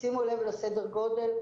שימו לב לסדר גודל,